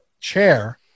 chair